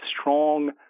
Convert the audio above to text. strong